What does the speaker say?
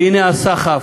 והנה הסחף.